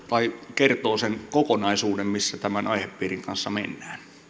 kertoo sen kokonaisuuden missä tämän aihepiirin kanssa mennään